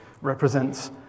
represents